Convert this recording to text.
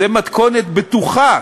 זו מתכונת בטוחה